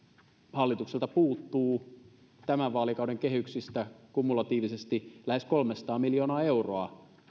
hallitukselta puuttuu tämän vaalikauden kehyksistä kumulatiivisesti lähes kolmesataa miljoonaa euroa